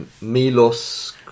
Milos